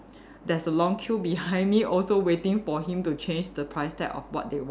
there's a long queue behind me also waiting for him to change the price tag of what they want